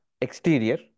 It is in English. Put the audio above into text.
exterior